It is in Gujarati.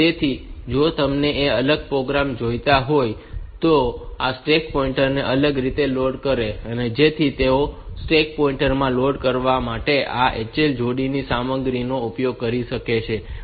તેથી જો તમને તે અલગ પ્રોગ્રામ જોઈતો હોય તો તેઓ આ સ્ટેક પોઈન્ટ ને અલગ રીતે લોડ કરશે જેથી તેઓ સ્ટેક પોઈન્ટર માં લોડ કરવા માટે આ HL જોડી ની સામગ્રી નો ઉપયોગ કરી શકે